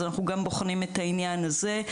אז אנחנו בוחנים גם את העניין הזה.